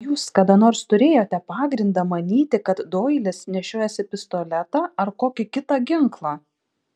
ar jūs kada nors turėjote pagrindą manyti kad doilis nešiojasi pistoletą ar kokį kitą ginklą